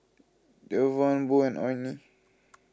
Jevon Bo and Orrie